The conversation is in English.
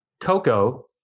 Coco